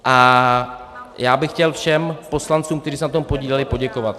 A já bych chtěl všem poslancům, kteří se na tom podíleli, poděkovat.